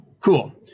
Cool